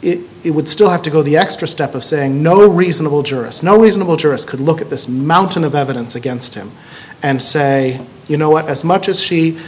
it would still have to go the extra step of saying no reasonable jurist no reasonable jurist could look at this mountain of evidence against him and say you know what as much as she